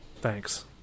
Thanks